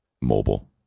mobile